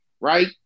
right